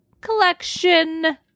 collection